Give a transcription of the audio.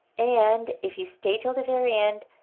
and if you stay til the very end,